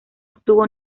obtuvo